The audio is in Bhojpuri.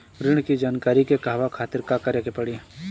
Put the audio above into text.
ऋण की जानकारी के कहवा खातिर का करे के पड़ी?